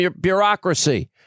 bureaucracy